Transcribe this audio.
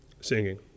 Singing